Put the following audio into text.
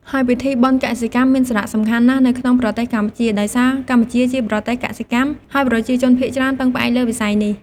ហើយពិធីបុណ្យកសិកម្មមានសារៈសំខាន់ណាស់នៅក្នុងប្រទេសកម្ពុជា ដោយសារកម្ពុជាជាប្រទេសកសិកម្ម ហើយប្រជាជនភាគច្រើនពឹងផ្អែកលើវិស័យនេះ។